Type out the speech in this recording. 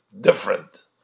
different